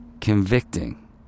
convicting